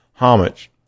Homage